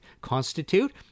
constitute